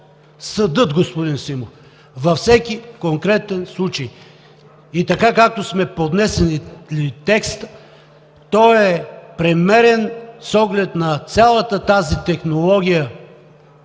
Съдът, господин Симов, във всеки конкретен случай. И така, както сме поднесли текста, той е премерен, с оглед на цялата тази технология